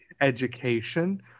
education